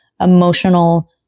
emotional